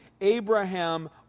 Abraham